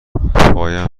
پایم